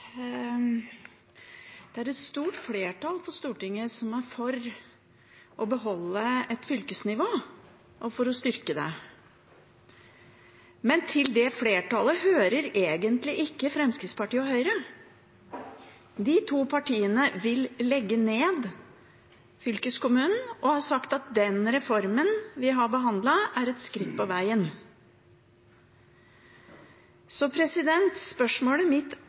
Det er et stort flertall på Stortinget som er for å beholde et fylkesnivå og for å styrke det. Men til det flertallet hører egentlig ikke Fremskrittspartiet og Høyre. De to partiene vil legge ned fylkeskommunen og har sagt at den reformen vi har behandlet, er et skritt på vegen. Spørsmålet mitt